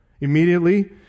Immediately